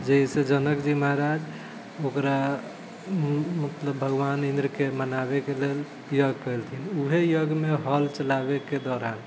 जाहिसँ जनकजी महाराज ओकरा मतलब भगवान इन्द्रके मनाबयके लेल यज्ञ केलथिन वएह यज्ञमे हल चलाबैके दौरान